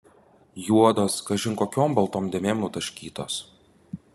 juodos kažin kokiom baltom dėmėm nutaškytos